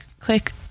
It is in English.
quick